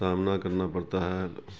سامنا کرنا پڑتا ہے